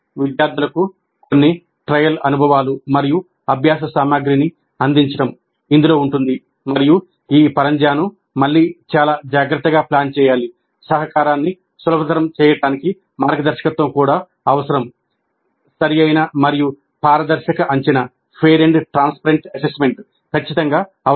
విద్యార్థులకు శిక్షణ ఇవ్వడం ఖచ్చితంగా అవసరం